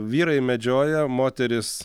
vyrai medžioja moterys